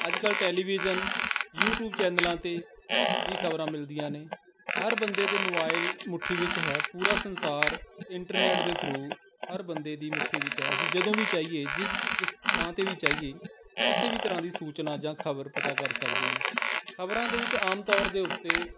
ਅੱਜ ਕੱਲ੍ਹ television YouTube ਚੈਨਲਾਂ 'ਤੇ ਵੀ ਖਬਰਾਂ ਮਿਲਦੀਆਂ ਨੇ ਹਰ ਬੰਦੇ ਦੇ ਮੋਬਾਇਲ ਮੁੱਠੀ ਵਿੱਚ ਹੈ ਪੂਰਾ ਸੰਸਾਰ ਇੰਟਰਨੈੱਟ ਦੇ ਥਰੂ ਹਰ ਬੰਦੇ ਦੀ ਮੁੱਠੀ ਵਿੱਚ ਹੈ ਅਸੀਂ ਜਦੋਂ ਵੀ ਚਾਹੀਏ ਜਿਸ ਸ ਥਾਂ 'ਤੇ ਵੀ ਚਾਹੀਏ ਕਿਸੇ ਵੀ ਤਰ੍ਹਾਂ ਦੀ ਸੂਚਨਾ ਜਾਂ ਖਬਰ ਪਤਾ ਕਰ ਸਕਦੇ ਹਾਂ ਖਬਰਾਂ ਦੇ ਵਿੱਚ ਆਮ ਤੌਰ ਦੇ ਉੱਤੇ